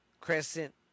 Crescent